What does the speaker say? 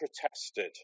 protested